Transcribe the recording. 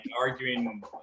arguing